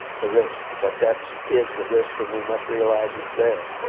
the risk. but that is the risk, and we must realize it's there.